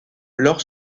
leurs